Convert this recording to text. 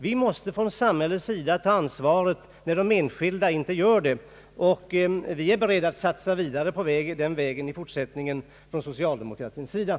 Vi måste från samhällets sida ta ansvaret när de enskilda inte gör det, och vi är från socialdemokratins sida beredda att satsa vidare i den riktningen i fortsättningen.